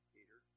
Peter